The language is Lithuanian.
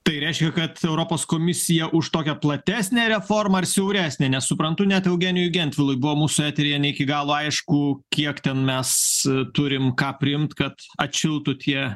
tai reiškia kad europos komisija už tokią platesnę reformą ar siauresnę nes suprantu net eugenijui gentvilui buvo mūsų eteryje ne iki galo aišku kiek ten mes turim ką priimt kad atšiltų tie